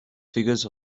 figures